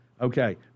Okay